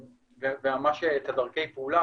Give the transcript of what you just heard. וממש את דרכי הפעולה,